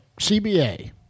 CBA